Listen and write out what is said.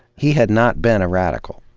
he had not been a radical.